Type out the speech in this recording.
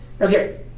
Okay